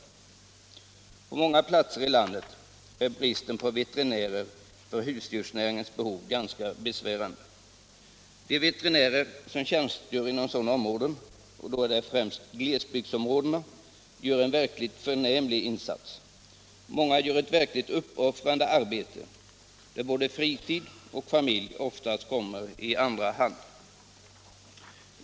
I många delar av landet är bristen på veterinärer för husdjursnäringens behov ganska besvärande. De veterinärer som tjänstgör inom sådana områden, det gäller då främst glesbygdsområdena, gör en verkligt förnämlig insats. Många gör ett verkligt uppoffrande arbete, där både fritid och familj oftast kommer i andra hand.